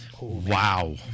Wow